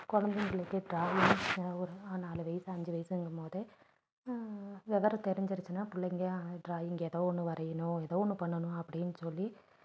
கொழந்தைங்களுக்கு டிராயிங் ஒரு நாலு வயது அஞ்சு வயதுங்கும் போதே விவரம் தெரிஞ்சுருச்சின்னா பிள்ளைங்க டிராயிங் ஏதோ ஒன்று வரையணும் ஏதோ ஒன்று பண்ணணும் அப்படின்னு சொல்லி